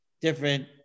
different